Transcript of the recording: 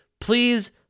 Please